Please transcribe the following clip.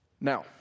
Now